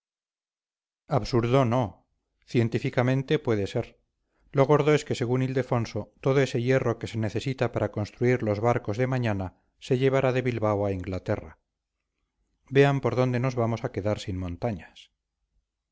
absurdo no científicamente puede ser lo gordo es que según ildefonso todo ese hierro que se necesita para construir los barcos de mañana se llevará de bilbao a inglaterra vean por dónde nos vamos a quedar sin montañas